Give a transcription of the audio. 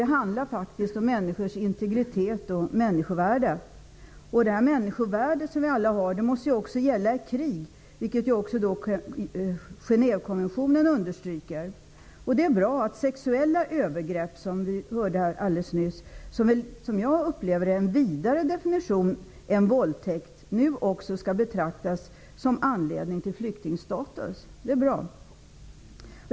Det handlar faktiskt om människors integritet och människovärde. Det människovärde vi alla har måste ju också gälla i krig, vilket också Genèvekonventionen understryker. Det är bra att sexuella övergrepp, som jag upplever är en vidare definition än våldtäkt, nu också skall betraktas som anledning till flyktingstatus. Det är bra.